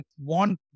want